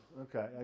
Okay